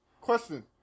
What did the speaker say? question